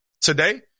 today